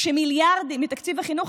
כשמיליארדים מתקציב החינוך,